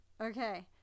Okay